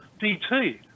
DT